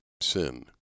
sin